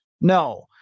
No